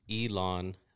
Elon